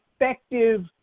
effective